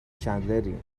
چندلری